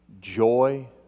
joy